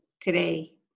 today